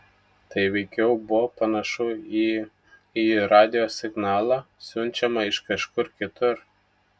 tai veikiau buvo panašu į į radijo signalą siunčiamą iš kažkur kitur